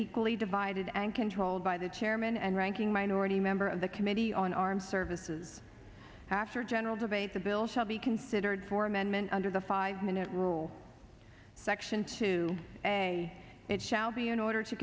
equally divided and controlled by the chairman and ranking minority member of the committee on armed services after general debate the bill shall be considered for amendment under the five minute rule section to say it shall be in order to